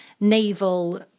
naval